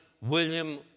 William